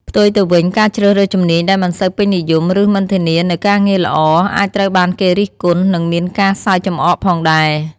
ផ្ទុយទៅវិញ ការជ្រើសរើសជំនាញដែលមិនសូវពេញនិយម ឬមិនធានានូវការងារល្អ អាចត្រូវបានគេរិះគន់ និងមានការសើចំអកផងដែរ។